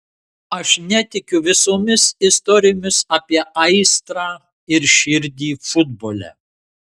aš netikiu visomis istorijomis apie aistrą ir širdį futbole